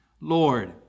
Lord